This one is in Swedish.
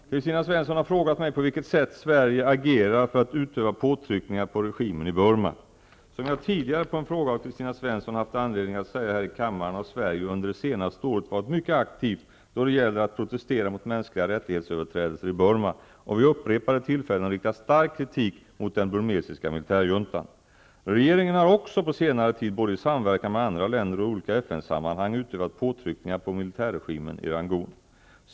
Herr talman! Kristina Svensson har frågat mig på vilket sätt Sverige agerar för att utöva påtryckningar på regimen i Burma. Som jag tidigare på en fråga av Kristina Svensson haft anledning att säga här i kammaren har Sverige under det senaste året varit mycket aktivt då det gäller att protestera mot mänskliga rättighetsöverträdelser i Burma och vid upprepade tillfällen riktat stark kritik mot den burmesiska militärjuntan. Regeringen har också på senare tid både i samverkan med andra länder och i olika FN sammanhang utövat påtryckningar på militärregimen i Rangoon.